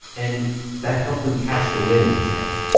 and that helped them catch the wind, he says